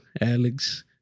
alex